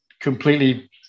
completely